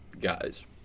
guys